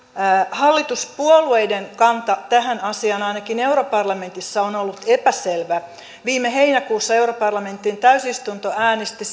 hallituspuolueiden kanta tähän asiaan ainakin europarlamentissa on on ollut epäselvä viime heinäkuussa europarlamentin täysistunto äänesti